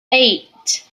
eight